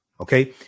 okay